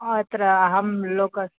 अत्र अहं लोक